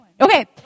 okay